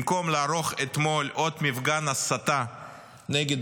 במקום לערוך אתמול עוד מפגן הסתה נגד